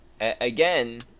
Again